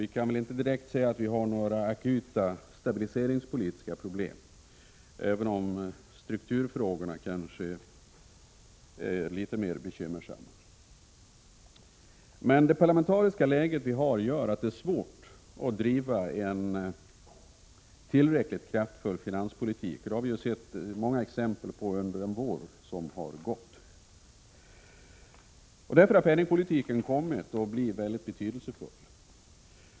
Man kan väl inte direkt säga att vi har några akuta stabiliseringspolitiska problem, även om strukturfrågorna kanske är litet bekymmersamma. Det parlamentariska läget gör att det är svårt att driva en tillräckligt kraftfull finanspolitik. Det har vi sett många exempel på under den vår som gått. Därför har penningpolitiken kommit att bli mycket betydelsefull.